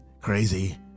crazy